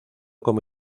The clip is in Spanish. como